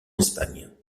espagne